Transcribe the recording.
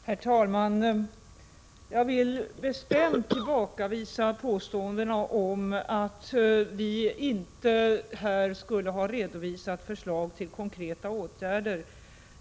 Herr talman! Jag vill bestämt tillbakavisa påståendena om att vi inte här skulle ha redovisat förslag till konkreta åtgärder.